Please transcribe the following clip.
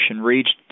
reached